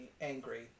angry